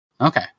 Okay